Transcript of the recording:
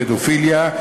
פדופיליה,